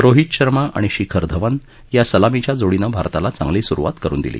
रोहीत शर्मा आणि शिकर धवन या सलामीच्या जोडीनं भारताला चांगली सुरुवात करुन दिली